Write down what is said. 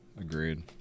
Agreed